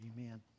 Amen